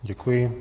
Děkuji.